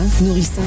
nourrissant